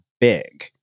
big